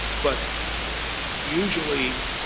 but usually,